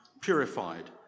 purified